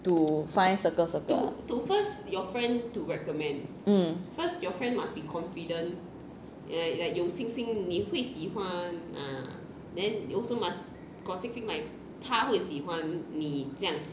to find circles of the mm